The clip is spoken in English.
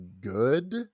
good